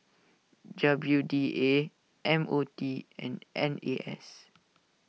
W D A M O T and N A S